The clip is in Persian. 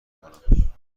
کنم